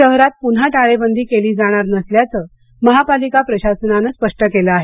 शहरात पुन्हा टाळेबंदी केली जाणार नसल्याचं महापालिका प्रशासनानं स्पष्ट केलं आहे